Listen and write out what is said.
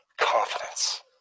confidence